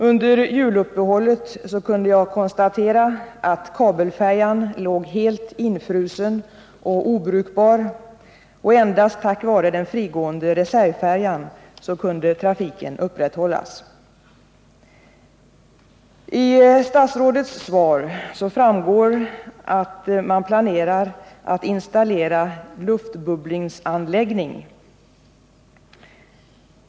Under riksdagens juluppehåll kunde jag konstatera att kabelfärjan låg helt infrusen och obrukbar, och endast tack vare den frigående reservfärjan kunde trafiken upprätthållas. Av statsrådets svar framgår att man planerar att installera en luftbubblingsanläggning.